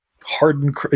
hardened